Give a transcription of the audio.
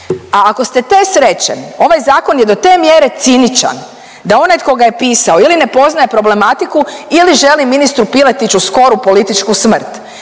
a ako ste te sreće, ovaj Zakon je do te mjere ciničan da onaj tko ga je pisao ili ne poznaje problematiku ili želi ministru Piletiću skoru političku smrt.